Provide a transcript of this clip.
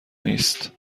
نیست